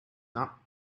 not